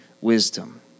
wisdom